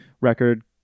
record